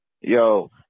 Yo